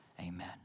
amen